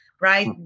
right